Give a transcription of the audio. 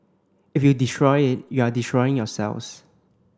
if you destroy it you are destroying yourselves